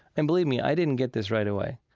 and believe me, i didn't get this right away.